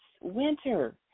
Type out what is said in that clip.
winter